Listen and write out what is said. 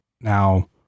Now